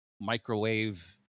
microwave